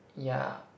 ya